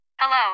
Hello